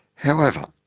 however,